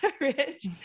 rich